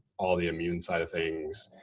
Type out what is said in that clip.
all the immune side of things.